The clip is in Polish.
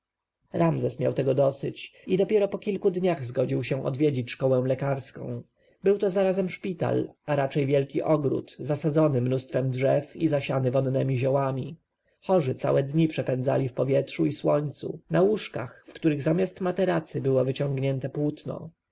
ramzes miał tego dosyć i dopiero po kilku dniach zgodził się odwiedzić szkołę lekarską był to zarazem szpital a raczej wielki ogród zasadzony mnóstwem drzew i zasiany wonnemi ziołami chorzy całe dnie przepędzali w powietrzu i słońcu na łóżkach w których zamiast materacy było wyciągnięte płótno